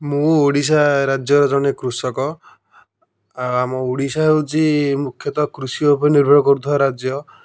ମୁଁ ଓଡ଼ିଶା ରାଜ୍ୟର ଜଣେ କୃଷକ ଆମ ଓଡ଼ିଶା ହେଉଛି ମୁଖ୍ୟତଃ କୃଷି ଉପରେ ନିର୍ଭର କରୁଥିବା ରାଜ୍ୟ